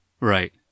Right